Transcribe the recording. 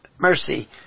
Mercy